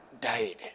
died